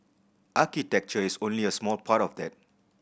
architecture is only a small part of that